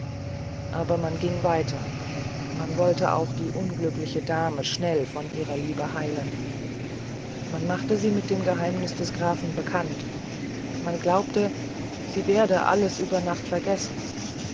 aber man ging weiter man wollte auch die unglückliche dame schnell von ihrer liebe heilen man machte sie mit dem geheimnis des grafen bekannt man glaubte sie werde alles über nacht vergessen